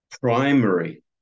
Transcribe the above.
primary